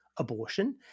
abortion